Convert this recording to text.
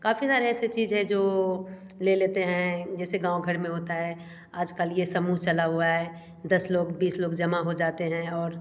काफ़ी सारे ऐसे चीज है जो ले लेते हैं जैसे गाँव घर में होता है आजकल ये समूह चला हुआ है दस लोग बीस लोग जमा हो जाते हैं और